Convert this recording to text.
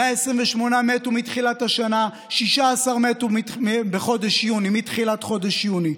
128 מתו מתחילת השנה, 16 מתו מתחילת חודש יוני.